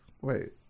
Wait